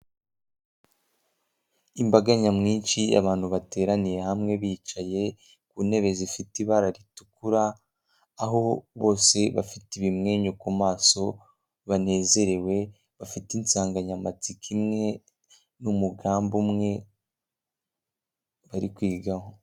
Imbaga nyamwinshi abantu bateraniye hamwe bicaye ku ntebe zifite ibara ritukura, aho bose bafite ibimwenyu ku maso banezerewe bafite insanganyamatsiko imwe, n'umugambi umwe bari kwigaho.